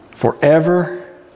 forever